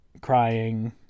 crying